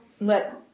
let